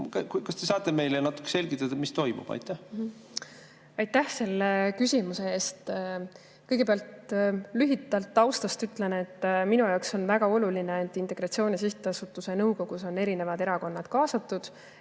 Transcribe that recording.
Kas te saate meile natuke selgitada, mis toimub? Aitäh selle küsimuse eest! Kõigepealt lühidalt taustast. Ütlen, et minu jaoks on väga oluline, et Integratsiooni Sihtasutuse nõukogusse oleksid kaasatud